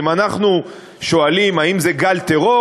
ואם אנחנו שואלים: האם זה גל טרור?